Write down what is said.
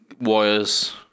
wires